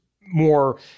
more